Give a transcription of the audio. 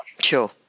Sure